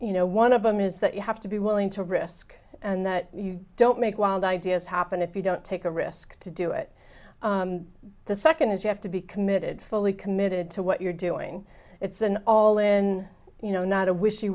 you know one of them is that you have to be willing to risk that you don't make wild ideas happen if you don't take a risk to do it the second is you have to be committed fully committed to what you're doing it's an all in you know not a wishy